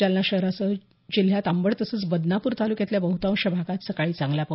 जालना शहरासह जिल्ह्यात अंबड तसंच बदनापूर तालुक्यातल्या बहुतांश भागात सकाळी चांगला पाऊस झाला